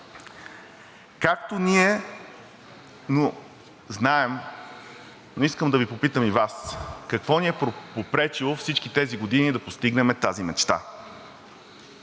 гражданин. Ние знаем, но искам да попитам и Вас: какво ни е попречило всичките тези години да постигнем тази мечта?